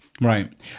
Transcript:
Right